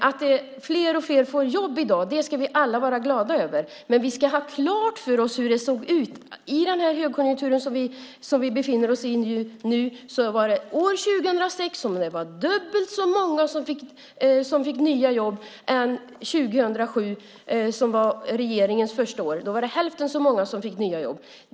Att fler och fler får jobb i dag ska vi alla vara glada över, men vi ska ha klart för oss hur det såg ut. År 2006 var det dubbelt så många som fick nya jobb som 2007. 2007 var regeringens första år, och då var det hälften så många som fick nya jobb.